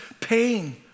pain